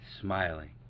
smiling